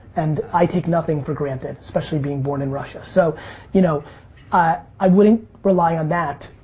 and i take nothing for granted. especially, being born in russia. so you know ah i wouldn't rely on that.